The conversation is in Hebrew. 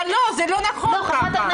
אבל זה לא נכון כך.